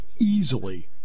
easily